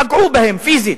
פגעו בהם פיזית.